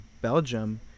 Belgium